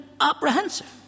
apprehensive